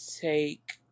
take